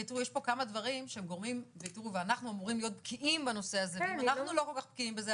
אנחנו אמורים להיות בקיאים בנושא הזה ואם אנחנו לא כל כך בקיאים בזה,